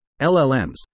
LLMs